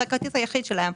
זה הכסף היחיד שלהם.